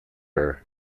her